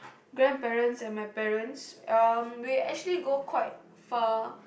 grandparents and my parents um we actually go quite far